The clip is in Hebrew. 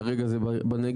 כרגע זה בנגב,